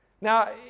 Now